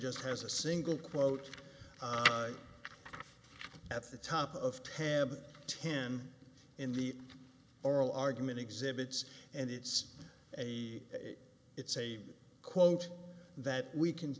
just has a single quote at the top of tab ten in the oral argument exhibits and it's a it's a quote that we can